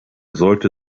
solle